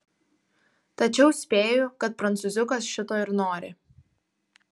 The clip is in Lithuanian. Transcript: tačiau spėju kad prancūziukas šito ir nori